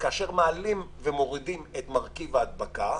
שכאשר מעלים ומורידים את מרכיב ההדבקה,